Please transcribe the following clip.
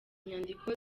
inyandiko